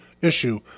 issue